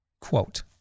Quote